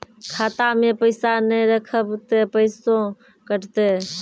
खाता मे पैसा ने रखब ते पैसों कटते?